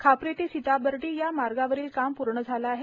खापरी ते सिताबर्डी या मार्गावरील काम पूर्ण झाले आहे